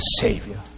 Savior